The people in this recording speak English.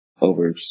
over